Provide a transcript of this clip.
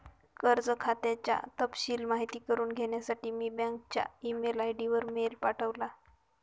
कर्ज खात्याचा तपशिल माहित करुन घेण्यासाठी मी बँकच्या ई मेल आय.डी वर मेल पाठवला